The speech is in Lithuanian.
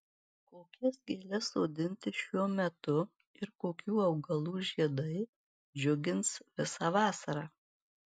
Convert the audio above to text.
kokias gėles sodinti šiuo metu ir kokių augalų žiedai džiugins visą vasarą